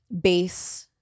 base